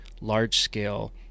large-scale